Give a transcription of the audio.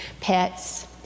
pets